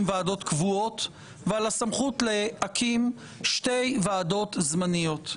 ועדות קבועות ועל הסמכות להקים שתי ועדות זמניות.